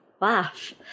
laugh